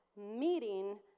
meeting